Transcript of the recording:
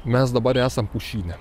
mes dabar esam pušyne